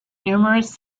numerous